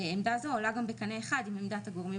עמדה זו עולה גם בקנה אחד עם עמדת הגורמים